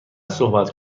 صحبت